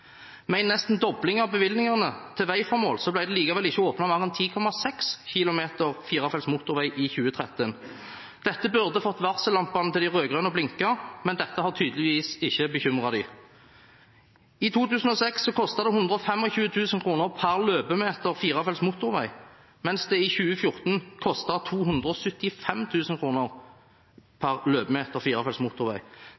Med en nesten dobling av bevilgningene til veiformål ble det likevel ikke åpnet mer enn 10,6 km firefelts motorvei i 2013. Dette burde fått varsellampene til de rød-grønne til å blinke, men det har tydeligvis ikke bekymret dem. I 2006 kostet det 125 000 kr per løpemeter firefelts motorvei, mens det i 2014 kostet 275 000 kr per løpemeter firefelts motorvei.